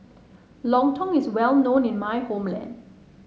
Lontong is well known in my hometown